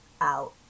out